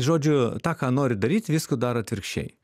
žodžiu tą ką nori daryt viską daro atvirkščiai